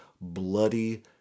bloody